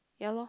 ya lor